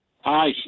Hi